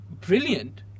brilliant